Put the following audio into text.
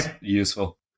useful